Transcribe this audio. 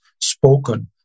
spoken